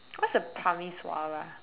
what's a parmeswara